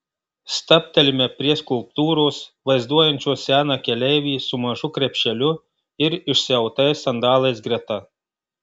stabtelime prie skulptūros vaizduojančios seną keleivį su mažu krepšeliu ir išsiautais sandalais greta